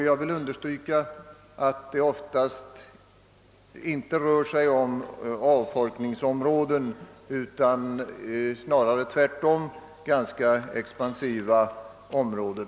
Jag vill understryka att det oftast inte rör sig om avfolkningsområden, utan snarare om ganska expanderande områden.